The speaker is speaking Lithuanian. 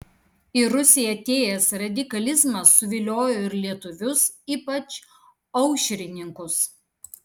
į rusiją atėjęs radikalizmas suviliojo ir lietuvius ypač aušrininkus